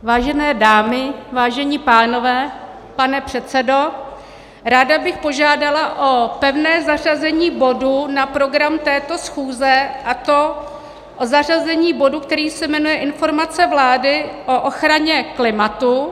Vážené dámy, vážení pánové, pane předsedo, ráda bych požádala o pevné zařazení bodu na program této schůze, a to zařazení bodu, který se jmenuje Informace vlády o ochraně klimatu.